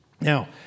Now